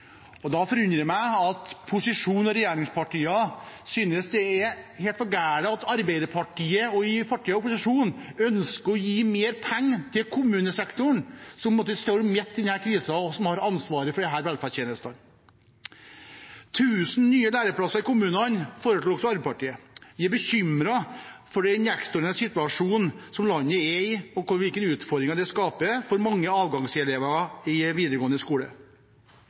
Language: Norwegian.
Da forundrer det meg at posisjonen og regjeringspartiene synes det er helt for gærent at Arbeiderpartiet og partiene i opposisjon ønsker å gi mer penger til kommunesektoren, som står midt i denne krisen, og som har ansvaret for disse velferdstjenestene. Tusen nye læreplasser i kommunene foreslo også Arbeiderpartiet. Vi er bekymret for den ekstraordinære situasjonen landet er i, og hvilke utfordringer det skaper for mange avgangselever i videregående skole.